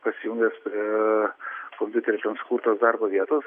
pasijungęs prie kompiuteriu ten sukurtos darbo vietos